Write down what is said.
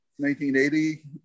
1980